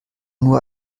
nur